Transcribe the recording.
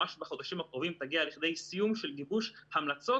ממש בחודשים הקרובים תגיע לכדי סיום של גיבוש המלצות